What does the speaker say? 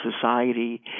society